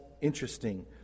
interesting